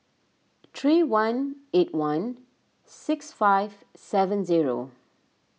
three one eight one six five seven zero